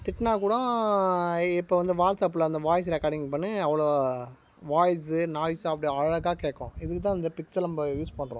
திட்டினாக் கூடும் இ இப்போ வந்து வாட்ஸ்ஆப்பில் அந்த வாய்ஸ் ரெக்கார்டிங் பண்ணி அவ்வளோ வாய்ஸு நாய்ஸு அப்படி அழகாக கேக்கும் இதுக்கு தான் இந்த பிக்சல் நம்ம யூஸ் பண்ணுறோம்